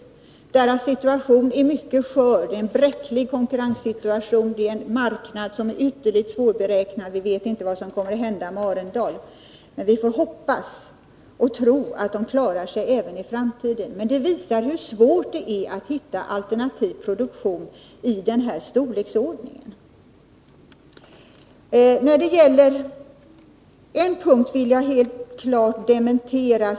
Men Arendals situation är mycket skör — det är en bräcklig konkurrenssituation, med en marknad som är ytterligt svårberäknad. Vi vet inte vad som kommer att hända med Arendal, men vi får hoppas och tro att varvet klarar sig även i framtiden. Detta exempel visar hur svårt det är att hitta alternativ produktion i den här storleksordningen. En punkt vill jag helt klart dementera.